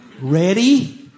Ready